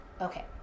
Okay